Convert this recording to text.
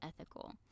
ethical